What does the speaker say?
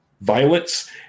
Violence